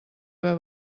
haver